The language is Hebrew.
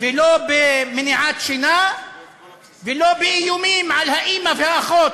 ולא במניעת שינה ולא באיומים על האימא והאחות,